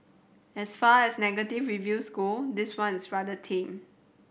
as far as negative reviews go this one's rather tame